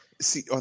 See